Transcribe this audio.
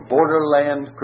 Borderland